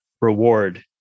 reward